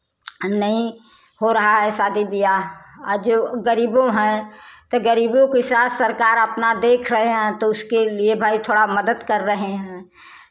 नहीं हो रहा है शादी बियाह आ जो गरीबो हैं तो गरीबो के साथ सरकार अपना देख रहे हैं तो उसके लिए भाई थोड़ा मदद कर रहे हैं